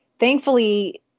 Thankfully